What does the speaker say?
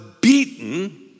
beaten